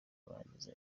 kurangiza